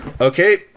Okay